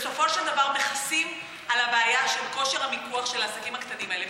בסופו של דבר הם מכסים על הבעיה של כושר המיקוח של העסקים הקטנים האלה.